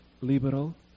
liberal